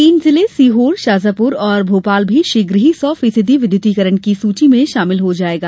तीन जिले सीहोर शाजापुर और भोपाल भी शीघ ही सौ फीसदी विद्युतीकरण की सूची में शामिल हो जायेंगे